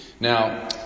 Now